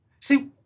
See